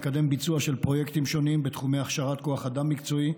מקדם ביצוע של פרויקטים שונים בתחומי הכשרת כוח אדם מקצועי,